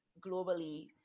globally